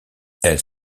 elle